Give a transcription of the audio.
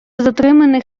затриманих